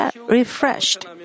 refreshed